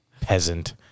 Peasant